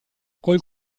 col